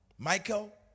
Michael